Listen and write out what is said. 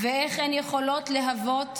ואיך הן יכולות להוות